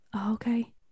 Okay